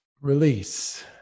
release